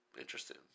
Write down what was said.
Interesting